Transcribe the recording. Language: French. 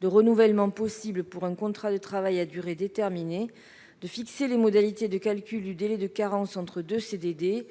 de renouvellements possibles pour un contrat de travail à durée déterminée, de fixer les modalités de calcul du délai de carence entre deux CDD et